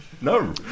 No